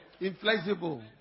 inflexible